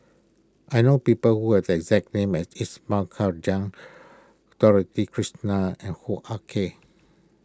I know people who have the exact name as Ismail Dorothy Krishnan and Hoo Ah Kay